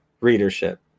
readership